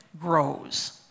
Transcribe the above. grows